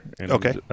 okay